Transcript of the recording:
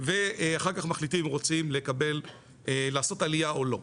ואחר כך מחליטים אם רוצים לעשות עלייה או לא.